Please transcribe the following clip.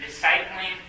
discipling